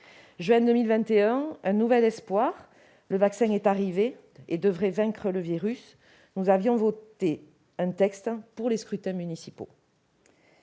Juin 2021, un nouvel espoir, le vaccin est arrivé et devrait vaincre le virus. Nous avions cependant voté un texte pour les scrutins